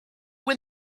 when